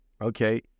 Okay